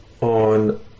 on